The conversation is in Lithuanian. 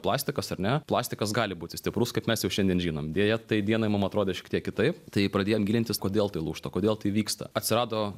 plastikas ar ne plastikas gali būti stiprus kad mes jau šiandien žinom deja tai dienai mum atrodė šiek tiek kitaip tai pradėjom gilintis kodėl tai lūžta kodėl tai vyksta atsirado